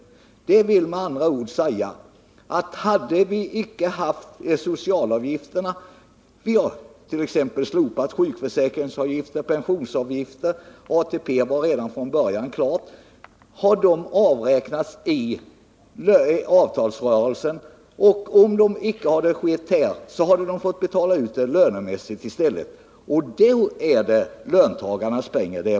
Det vill med andra ord säga att när vi överfört sjukförsäkringsavgiften och pensionsavgiften på företagen — avgiften för ATP lades redan från början på företagen — så har det påverkat utrymmet i avtalsrörelserna. Om företagen inte hade ålagts dessa avgifter, skulle motsvarande belopp i stället ha fått betalas ut i löner. Därför är detta löntagarnas pengar.